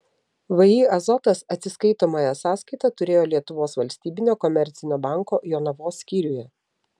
vį azotas atsiskaitomąją sąskaitą turėjo lietuvos valstybinio komercinio banko jonavos skyriuje